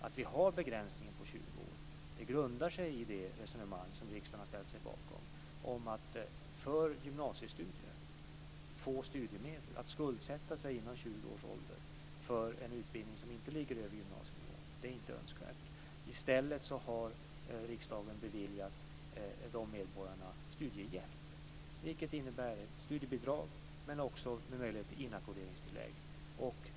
Att vi har begränsningen på 20 år grundar sig på det resonemang som riksdagen har ställt sig bakom. Att få studiemedel för gymnasiestudier, att skuldsätta sig innan 20 års ålder för en utbildning som inte ligger över gymnasienivå, är inte önskvärt. I stället har riksdagen beviljat dessa medborgare studiehjälp. Det innebär studiebidrag med möjlighet till inackorderingstillägg också.